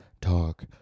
talk